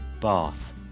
bath